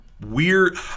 weird